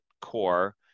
core